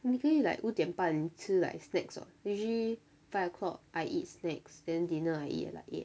你可以 like 五点半吃 like snacks [what] usually five o'clock I eat snacks then dinner I eat at like eight